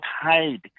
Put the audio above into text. hide